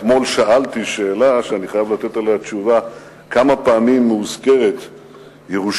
אתמול שאלתי שאלה שאני חייב לתת עליה תשובה: כמה פעמים מאוזכרת ירושלים